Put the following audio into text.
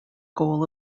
goal